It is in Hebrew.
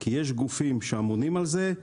כי יש גופים שאמונים על זה,